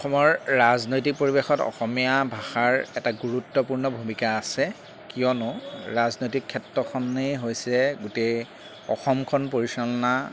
অসমৰ ৰাজনৈতিক পৰিৱেশত অসমীয়া ভাষাৰ এটা গুৰুত্বপূৰ্ণ ভূমিকা আছে কিয়নো ৰাজনৈতিক ক্ষেত্ৰখনেই হৈছে গোটেই অসমখন পৰিচালনা